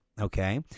okay